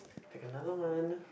pick another one